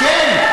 כן,